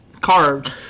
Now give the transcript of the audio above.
Carved